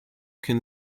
can